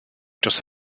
dros